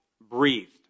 breathed